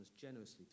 generously